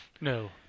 No